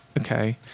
Okay